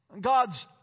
God's